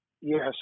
Yes